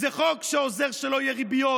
זה חוק שעוזר שלא יהיו ריביות,